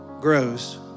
grows